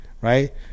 right